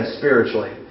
spiritually